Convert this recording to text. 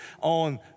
on